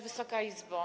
Wysoka Izbo!